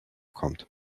kommt